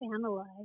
analyze